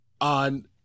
on